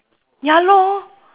ya lor